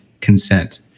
consent